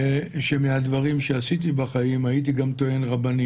שמהדברים שעשיתי בחיים הייתי גם טוען רבני